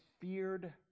feared